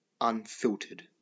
unfiltered